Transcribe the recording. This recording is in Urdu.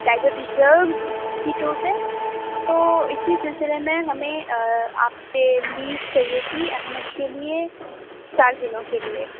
ٹائگر ریزرو سیٹوں پہ تو اسی سلسلے میں ہمیں آپ سے لیو چاہیے تھی احمد کے لیے چار دنوں کے لیے